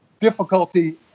difficulty